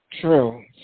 True